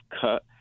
cut